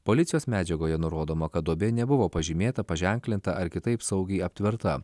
policijos medžiagoje nurodoma kad duobė nebuvo pažymėta paženklinta ar kitaip saugiai aptverta